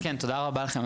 תודה רבה לכם.